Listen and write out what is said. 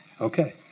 okay